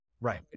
right